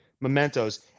mementos